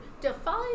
Define